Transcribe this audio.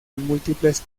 múltiples